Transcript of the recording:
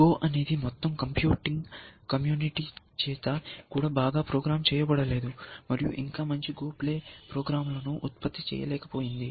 GO అనేది మొత్తం computing community చేత కూడా బాగా ప్రోగ్రామ్ చేయబడలేదు మరియు ఇంకా మంచి GO ప్లే ప్రోగ్రామ్లను ఉత్పత్తి చేయలేకపోయింది